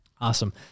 Awesome